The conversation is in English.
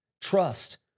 Trust